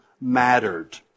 mattered